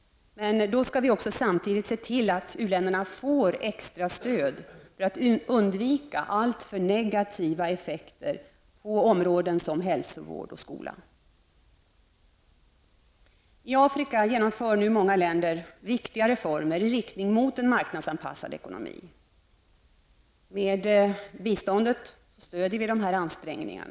Men då måste vi också se till att u-länderna får extra stöd för att undvika alltför negativa effekter på områden som hälsovård och skola. I Afrika genomför nu många länder viktiga reformer i riktning mot en marknadsanpassad ekonomi. Med biståndet stöder vi dessa ansträngningar.